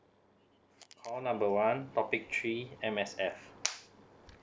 call number one topic three M_S_F